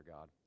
God